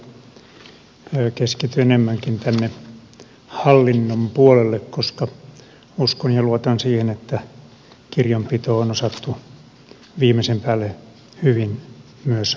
keskityn enemmänkin tänne hallinnon puolelle koska uskon ja luotan siihen että kirjanpito on osattu viimeisen päälle hyvin hoitaa